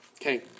Okay